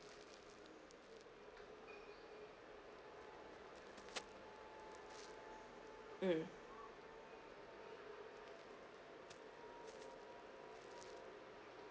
mm